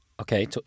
Okay